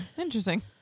Interesting